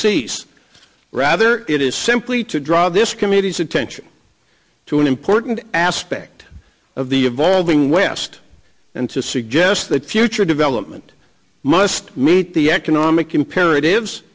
cease rather it is simply to draw this committee's attention to an important aspect of the evolving west and to suggest that future development must meet the economic imperative